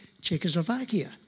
Czechoslovakia